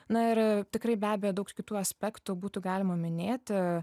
na ir tikrai be abejo daug kitų aspektų būtų galima minėti